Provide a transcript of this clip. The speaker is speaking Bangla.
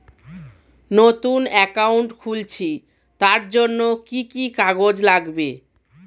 নতুন অ্যাকাউন্ট খুলছি তার জন্য কি কি কাগজ লাগবে?